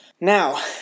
Now